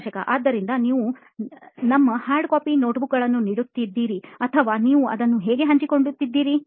ಸಂದರ್ಶಕ ಆದ್ದರಿಂದ ನೀವು ನಿಮ್ಮ Hardcopy notebook ಗಳನ್ನು ನೀಡುತ್ತಿದ್ದೀರಿ ಅಥವಾ ನೀವು ಅದನ್ನು ಹೇಗೆ ಹಂಚಿಕೊಂಡಿದ್ದೀರಿ